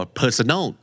personal